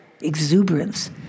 exuberance